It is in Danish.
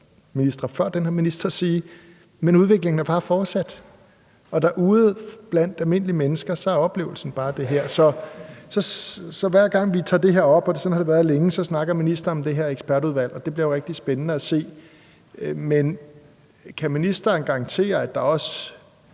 før denne minister, men udviklingen er bare fortsat, og ude blandt almindelige mennesker oplever man bare det her. Hver gang vi tager det her op, og sådan har det været længe, så snakker ministeren om det her ekspertudvalg, og det bliver jo rigtig spændende at se. Men kan ministeren garantere, at der også